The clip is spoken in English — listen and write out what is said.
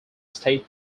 state